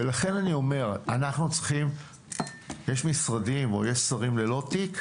ולכן אני אומר, יש משרדים או יש שרים ללא תיק?